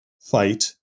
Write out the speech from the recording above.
fight